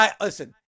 Listen